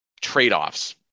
trade-offs